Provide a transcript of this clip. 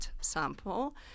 sample